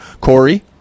Corey